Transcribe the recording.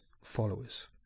followers